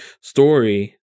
story